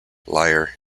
liar